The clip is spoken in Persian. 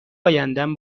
ایندم